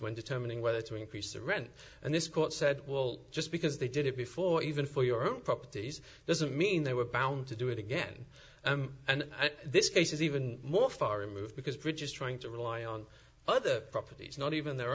when determining whether to increase the rent and this court said well just because they did it before even for your own properties doesn't mean they were bound to do it again and this case is even more far removed because bridges trying to rely on other properties not even their